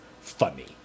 funny